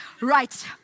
Right